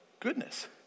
goodness